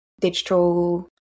digital